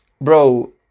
bro